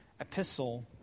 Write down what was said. epistle